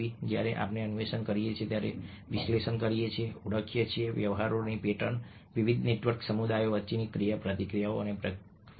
જ્યારે આપણે અન્વેષણ કરીએ છીએ વિશ્લેષણ કરીએ છીએ ઓળખીએ છીએ વ્યવહારોની પેટર્ન વિવિધ નેટવર્ક સમુદાયો વચ્ચેની ક્રિયાપ્રતિક્રિયાઓની પ્રકૃતિ